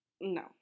No